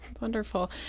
Wonderful